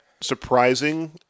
surprising